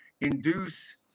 induce